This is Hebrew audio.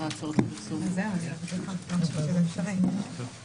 לרבות שינויים אפשריים במועדי תחילה וכולי.